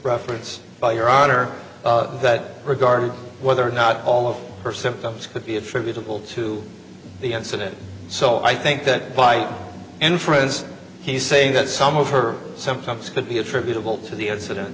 reference by your honor that regarding whether or not all of her symptoms could be attributable to the incident so i think that by inference he's saying that some of her symptoms could be attributable to the incident